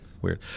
Weird